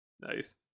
nice